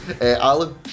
Alan